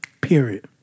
period